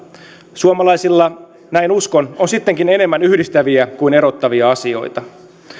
suomalaisilla näin uskon on sittenkin enemmän yhdistäviä kuin erottavia asioita